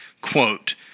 quote